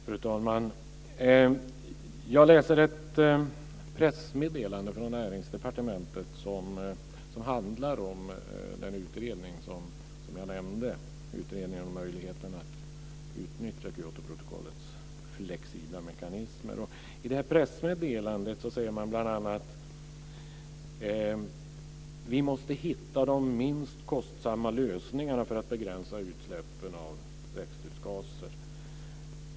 Fru talman! Jag läser ett pressmeddelande från Näringsdepartementet som handlar om den utredning som jag nämnde, Utredningen om möjligheterna att utnyttja Kyotoprotokollets flexibla mekanismer i I pressmeddelandet säger man bl.a: Vi måste hitta de minst kostsamma lösningarna för att begränsa utsläppen av växthusgaser.